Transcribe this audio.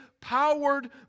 powered